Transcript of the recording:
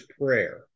prayer